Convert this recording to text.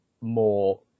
more